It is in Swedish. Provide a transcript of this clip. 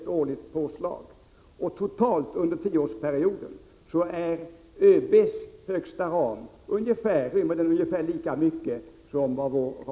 ÖB:s högsta nivå rymmer totalt under tioårsperioden ungefär lika mycket som vår.